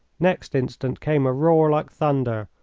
next instant came a roar like thunder,